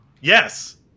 Yes